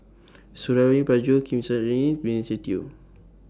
Suradi Parjo Kim San Benny Se Teo